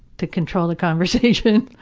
to control the conversations.